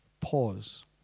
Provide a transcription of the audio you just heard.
pause